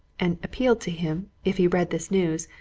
and appealed to him, if he read this news,